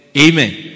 Amen